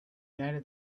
united